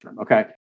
Okay